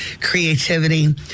creativity